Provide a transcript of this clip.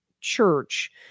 church